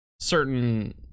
certain